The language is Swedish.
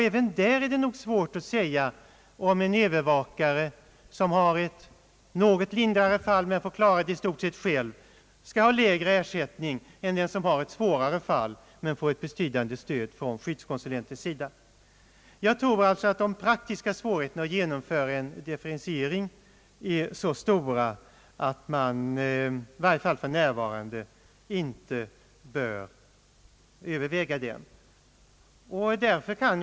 Även där är det alltså svårt att säga att en övervakare som får hand om ett något lindrigare fall men får klara det själv skall ha lägre ersättning än den övervakare som har ett svårare fall men får ett betydande stöd från skyddskonsulentens sida. Jag tror alltså att de praktiska svårigheterna att genomföra en differentiering av arvodena är så stora att man i varje fall för närvarande inte bör överväga en sådan differentiering.